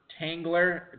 tangler